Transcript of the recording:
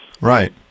Right